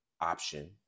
option